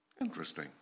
Interesting